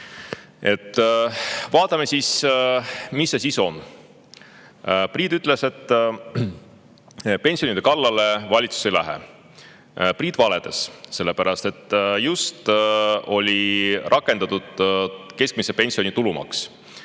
Vaatame siis, mis see sisu on. Priit ütles, et pensionäride kallale valitsus ei lähe. Priit valetas, sellepärast et just on rakendatud keskmise pensioni tulumaks.